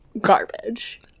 garbage